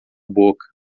boca